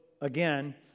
again